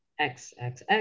XXX